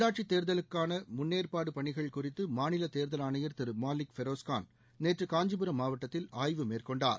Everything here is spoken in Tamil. உள்ளாட்சி தேர்தல்களுக்கான முன்னேற்பாடு பணிகள் குறித்து மாநில தேர்தல் ஆணையர் திரு மாலிக் பெரோஸ்கான் நேற்று காஞ்சிபுரம் மாவட்டத்தில் ஆய்வு மேற்கொண்டார்